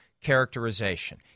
characterization